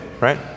right